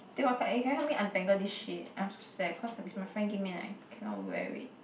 then what can you help me untangle this shit I'm so sad cause it's my friend give me leh cannot wear it